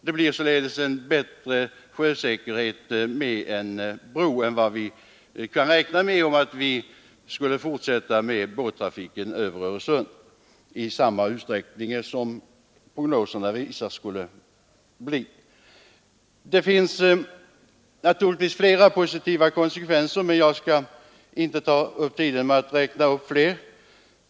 Det blir således en bättre sjösäkerhet med en bro än vi kan räkna med om vi skulle få en sådan båttrafik över Öresund som prognosen visar skulle bli nödvändig. Det finns naturligtvis flera positiva konsekvenser, men jag skall inte ta upp tiden med att räkna upp dem.